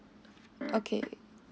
okay